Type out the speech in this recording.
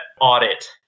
audit